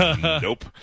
Nope